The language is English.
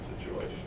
situation